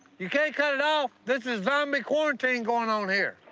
you can't cut it off. there's a zombie quarantine going on here.